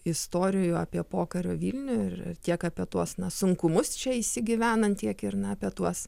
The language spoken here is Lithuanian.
istorijų apie pokario vilnių ir tiek apie tuos sunkumus čia įsigyvenant tiek ir na apie tuos